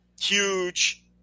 huge